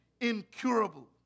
Incurable